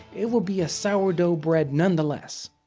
it will be a sourdough bread nonetheless.